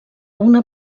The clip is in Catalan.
una